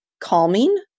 calming